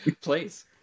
Please